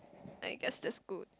I guess that's good